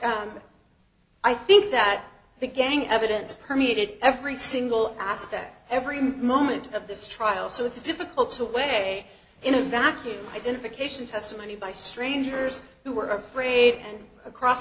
i think that the gang evidence permeated every single aspect every moment of this trial so it's difficult to away in a vacuum identification testimony by strangers who were afraid and across